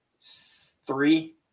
three